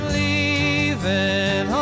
leaving